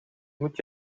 moet